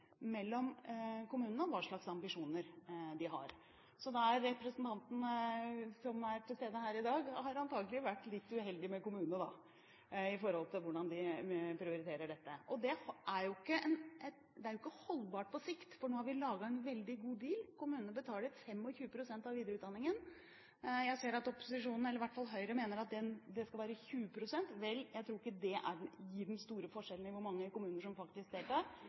mellom kommunene når det gjelder hva slags ambisjoner de har. Representanten har antagelig vært litt uheldig med kommune med hensyn til hvordan den prioriterer dette. Dette er ikke holdbart på sikt. Vi har laget en veldig god deal. Kommunene betaler 25 pst. av videreutdanningen. Jeg ser at opposisjonen – eller i hvert fall Høyre – mener at det skal være 20 pst. Vel, jeg tror ikke det utgjør den store forskjellen på hvor mange kommuner som deltar.